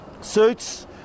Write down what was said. suits